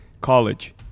College